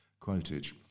Quotage